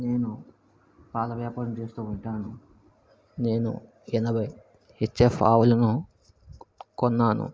నేను పాల వ్యాపారం చేస్తూ ఉంటాను నేను ఎనభై హెచ్చెఫ్ ఆవులను కొన్నాను